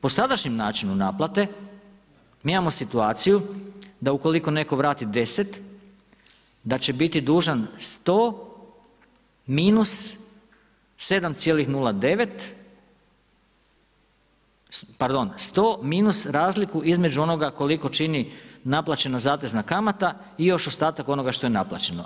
Po sadašnjem načinu naplate, mi imamo situaciju da ukoliko netko vrati 10 da će biti dužan 100, -7,09, pardon 100 minus razliku između onoga koliko čini naplaćena zatezna kamata i još ostatak onoga što je naplaćeno.